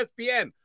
ESPN